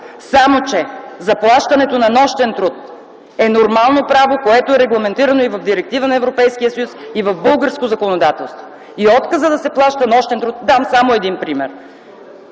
само че заплащането на нощен труд е нормално право, което е регламентирано и в Директива на Европейския съюз, и в българско законодателство. И отказът да се плаща нощен труд – давам само един пример